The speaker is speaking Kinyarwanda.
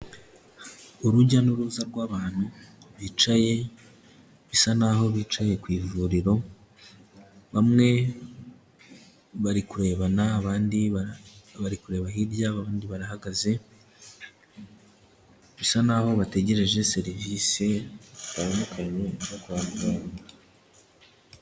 Urujya n'uruza rw'abantu bicaye, bisa naho bicaye ku ivuriro. Bamwe bari kurebana, abandi bari kureba hirya, abandi barahagaze, bisa naho bategereje serivisi zitandukanye, ziva kwa muganga.